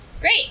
Great